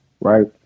right